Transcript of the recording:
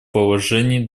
положений